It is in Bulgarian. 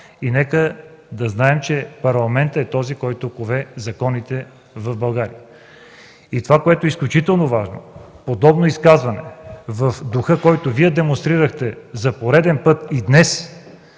власт и парламентът е този, който кове законите в България. Това, което е изключително важно, че подобно изказване в духа, който Вие демонстрирахте днес за пореден път –